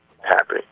happy